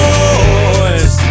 Boys